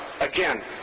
again